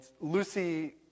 Lucy